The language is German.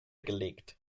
gelegt